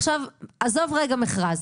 עכשיו, עזוב רגע את המכרז.